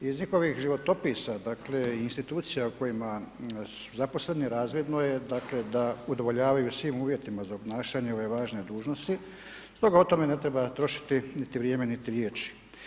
Iz njihovih životopisa i institucija u kojima su zaposleni razvidno je da udovoljavaju svim uvjetima za obnašanje ove važne dužnosti, stoga o tome ne treba trošiti niti vrijeme niti riječi.